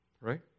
right